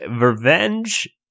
Revenge